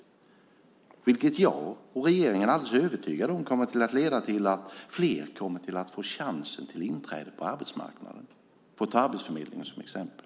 Både jag och regeringen är alldeles övertygade om att det kommer att leda till att fler får en chans till inträde på arbetsmarknaden - för att alltså ta arbetsförmedlingen som ett exempel.